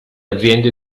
aziende